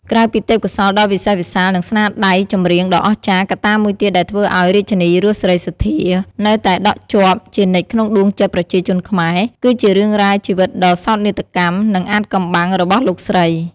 ក្រៅពីទេពកោសល្យដ៏វិសេសវិសាល និងស្នាដៃចម្រៀងដ៏អស្ចារ្យ កត្តាមួយទៀតដែលធ្វើឲ្យ រាជិនីរស់ សេរីសុទ្ធា នៅតែដក់ជាប់ជានិច្ចក្នុងដួងចិត្តប្រជាជនខ្មែរ គឺជារឿងរ៉ាវ ជីវិតដ៏សោកនាដកម្ម និងអាថ៌កំបាំង របស់លោកស្រី។